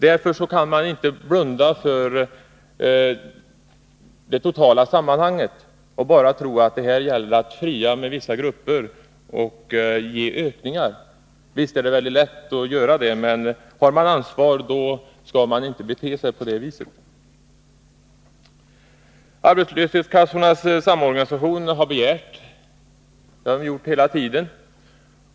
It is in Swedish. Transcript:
Därför kan man inte blunda för det totala sammanhanget och tro att det bara gäller att fria till vissa grupper och ge dem ökningar. Visst är det lätt att göra det, men har man ansvar skall man inte bete sig på det viset. Arbetslöshetskassornas samorganisation har begärt ökningar — det har man gjort hela tiden.